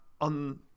on